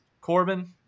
Corbin